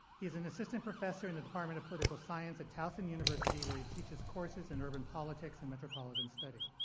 he is an assistant professor in the department of political science at towson university, where he teaches courses in urban politics and metropolitan study.